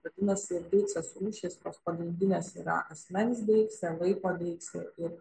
vadinasi deiksės rūšys tos pagrindinės yra asmens deiksė laiko deiksė ir